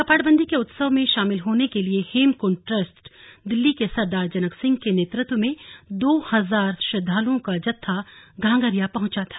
कपाटबंदी के उत्सव में शामिल होने के लिए हेमकुंड ट्रस्ट दिल्ली के सरदार जनक सिंह के नेतृत्व में दो हजार श्रद्दालुओं का जत्था घांघरिया पहुंचा था